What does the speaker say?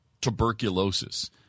tuberculosis